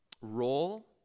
role